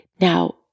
Now